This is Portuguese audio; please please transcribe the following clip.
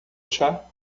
chá